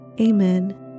Amen